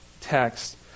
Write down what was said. text